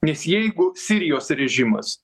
nes jeigu sirijos režimas